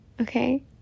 Okay